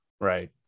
right